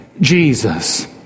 Jesus